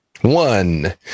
one